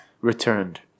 returned